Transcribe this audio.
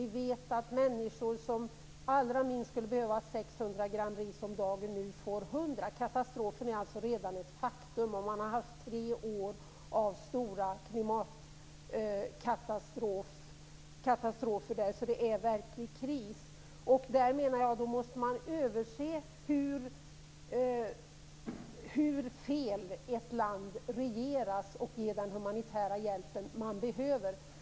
Vi vet att människor som allra minst skulle behöva 600 gr ris om dagen nu får 100 gr. Katastrofen är redan ett faktum. Det har varit stora klimatkatastrofer tre år i rad. Det är verklig kris. Där menar jag att man måste ha överseende med hur fel ett land regeras och ge den humanitära hjälp som behövs.